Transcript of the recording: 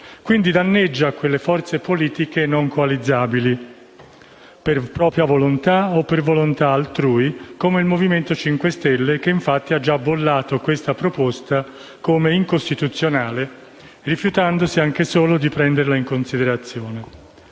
quindi danneggia quelle forze politiche non coalizzabili (per volontà propria o altrui) come il Movimento 5 Stelle, che infatti ha già bollato questa proposta come incostituzionale, rifiutandosi anche solo di prenderla in considerazione.